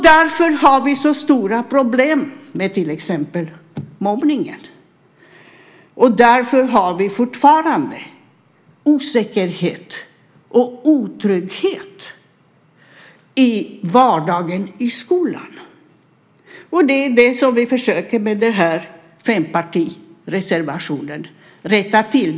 Därför har vi så stora problem med till exempel mobbningen, och därför har vi fortfarande osäkerhet och otrygghet i vardagen i skolan. Det är det som vi med den här fempartireservationen försöker rätta till.